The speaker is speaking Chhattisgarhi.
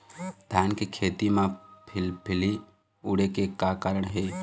धान के खेती म फिलफिली उड़े के का कारण हे?